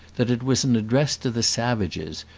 that it was an address to the savages,